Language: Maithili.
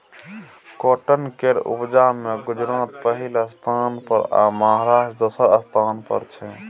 काँटन केर उपजा मे गुजरात पहिल स्थान पर आ महाराष्ट्र दोसर स्थान पर छै